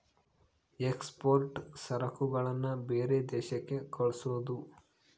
export ಸರಕುಗಳನ್ನ ಬೇರೆ ದೇಶಕ್ಕೆ ಕಳ್ಸೋದು